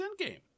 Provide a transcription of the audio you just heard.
endgame